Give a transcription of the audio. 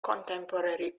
contemporary